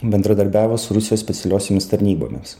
bendradarbiavo su rusijos specialiosiomis tarnybomis